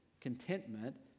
contentment